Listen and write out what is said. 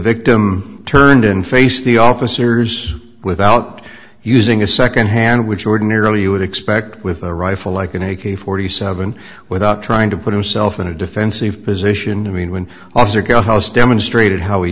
victim turned and face the officers without using a second hand which ordinarily you would expect with a rifle like an a k forty seven without trying to put himself in a defensive position i mean when officer cowhouse demonstrated how